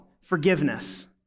forgiveness